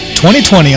2020